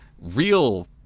real